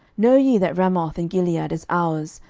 know ye that ramoth in gilead is ours,